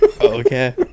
okay